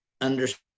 understand